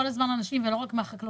כל הזמן מגיעים אנשים, לא רק מהחקלאות.